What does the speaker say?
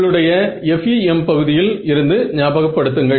உங்களுடைய FEM பகுதியில் இருந்து ஞாபகப் படுத்துங்கள்